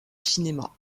cinéma